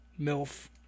MILF